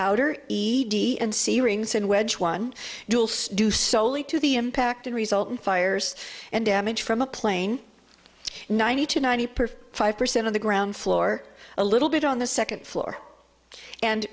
outer e d and see rings in wedge one do soley to the impacted result fires and damage from a plane ninety to ninety five percent of the ground floor a little bit on the second floor and